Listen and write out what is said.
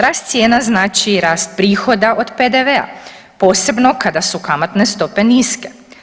Rast cijena znači i rast prihoda od PDV-a posebno kada su kamatne stope niske.